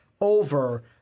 over